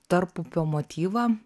tarpupio motyvą